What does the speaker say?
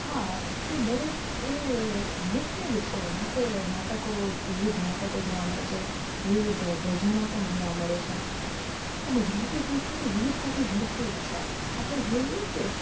હા તો દરેક એ નૃત્ય જ છે આ તે નાટકો વિવિધ નાટકો જોવા મળે છે વિવિધ ભજનો પણ જોવા મળે છે તો ગુજરાતની સંસ્કૃતિ વિવિધતાથી ભરપૂર છે આપણે જોઈએ કે